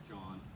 John